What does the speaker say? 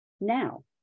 now